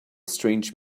strange